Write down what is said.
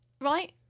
right